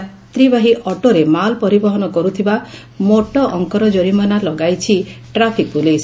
ଯାତ୍ରୀବାହୀ ଅଟୋରେ ମାଲ ପରିବହନ କରୁଥିବାରୁ ମୋଟ ଅଙ୍କର ଜରିମାନା ଲଗାଇଛି ଟ୍ରାଫିକ ପୁଲିସ